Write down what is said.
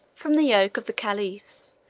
from the yoke of the caliphs,